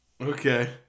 Okay